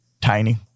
tiny